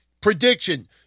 prediction